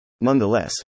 Nonetheless